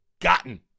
gotten